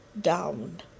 down